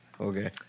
Okay